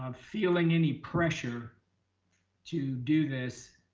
um feeling any pressure to do this